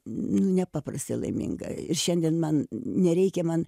nepaprastai laiminga ir šiandien man nereikia man